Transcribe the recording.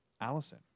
Allison